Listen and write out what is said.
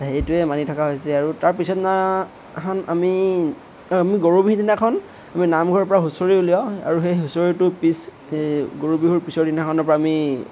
সেইটোৱে মানি থকা হৈছে আৰু তাৰ পিছৰদিনাখন আমি আমি গৰু বিহুৰ দিনাখন আমি নামঘৰৰ পৰা হুঁচৰি উলিয়াও আৰু সেই হুঁচৰিটোৰ পিছ এই গৰু বিহুৰ পিছৰ দিনাখনৰ পৰা আমি